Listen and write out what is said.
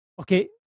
Okay